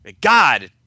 God